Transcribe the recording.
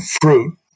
fruit